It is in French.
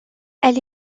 elle